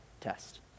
test